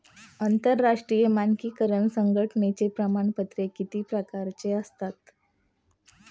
आंतरराष्ट्रीय मानकीकरण संघटनेची प्रमाणपत्रे किती प्रकारची असतात?